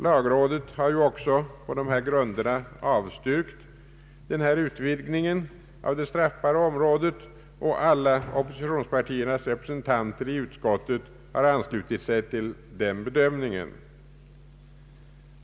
Lagrådet har avstyrkt den föreslagna utvidgningen av det siraffbara området, och alla oppositionspartiernas representanter i utskottet har anslutit sig till denna bedömning.